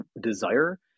desire